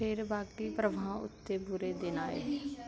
ਫਿਰ ਬਾਕੀ ਭਰਾਵਾਂ ਉੱਤੇ ਬੁਰੇ ਦਿਨ ਆਏ